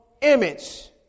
image